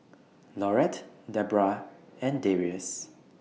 Laurette Debbra and Darius